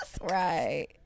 Right